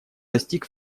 достиг